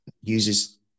uses